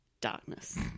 Darkness